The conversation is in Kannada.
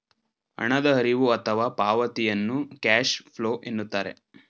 ಹಣದ ಹರಿವು ಅಥವಾ ಪಾವತಿಯನ್ನು ಕ್ಯಾಶ್ ಫ್ಲೋ ಎನ್ನುತ್ತಾರೆ